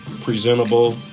presentable